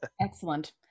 excellent